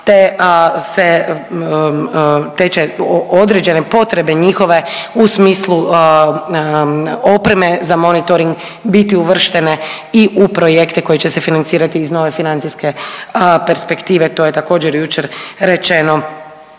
te će određene potrebe njihove u smislu opreme za monitoring biti uvrštene i u projekte koji će se financirati iz nove financijske perspektive, to je također jučer rečeno